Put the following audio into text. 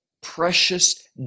precious